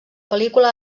pel·lícula